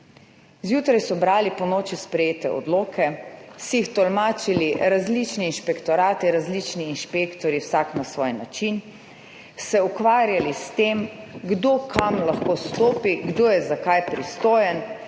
Zjutraj so brali ponoči sprejete odloke, si jih tolmačili različni inšpektorati, različni inšpektorji vsak na svoj način, se ukvarjali s tem, kdo kam lahko stopi, kdo je za kaj pristojen.